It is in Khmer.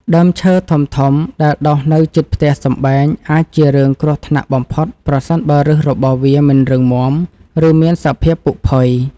ដើមឈើធំៗដែលដុះនៅជិតផ្ទះសម្បែងអាចជារឿងគ្រោះថ្នាក់បំផុតប្រសិនបើឫសរបស់វាមិនរឹងមាំ ឬមានសភាពពុកផុយ។